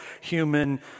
human